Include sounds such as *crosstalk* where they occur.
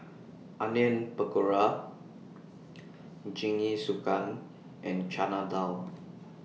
*noise* Onion Pakora *noise* Jingisukan and Chana Dal *noise*